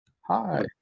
Hi